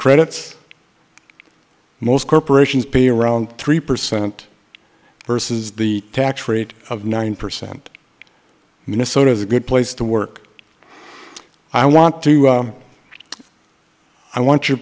credits most corporations pay around three percent versus the tax rate of nine percent minnesota is a good place to work i want to i want your